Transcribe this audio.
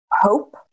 hope